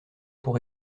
pour